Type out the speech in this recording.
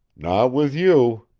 not with you.